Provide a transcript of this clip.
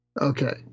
Okay